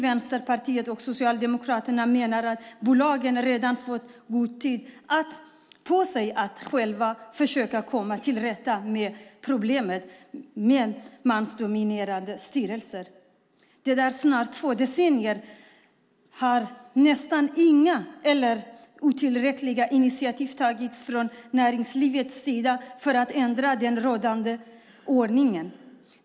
Vänsterpartiet och Socialdemokraterna menar att bolagen fått god tid på sig att själva försöka komma till rätta med problemet med mansdominerade styrelser. Det har snart gått två decennier och nästan inga eller otillräckliga initiativ har tagits från näringslivets sida för att ändra den rådande ordningen.